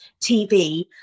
TV